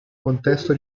contesto